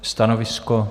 Stanovisko?